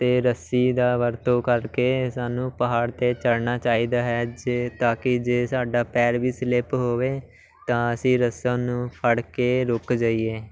ਅਤੇ ਰੱਸੀ ਦਾ ਵਰਤੋਂ ਕਰਕੇ ਸਾਨੂੰ ਪਹਾੜ 'ਤੇ ਚੜ੍ਹਨਾ ਚਾਹੀਦਾ ਹੈ ਜੇ ਤਾਂ ਕਿ ਜੇ ਸਾਡਾ ਪੈਰ ਵੀ ਸਲਿਪ ਹੋਵੇ ਤਾਂ ਅਸੀਂ ਰੱਸਾ ਨੂੰ ਫੜ ਕੇ ਰੁਕ ਜਾਈਏ